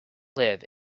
live